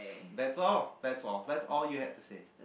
that's all that's all that's all you had to say